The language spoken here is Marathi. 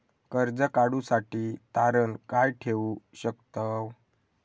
कर्ज काढूसाठी तारण काय काय ठेवू शकतव?